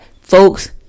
folks